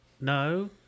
No